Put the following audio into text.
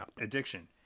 addiction